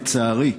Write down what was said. לצערי,